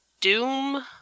Doom